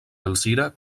alzira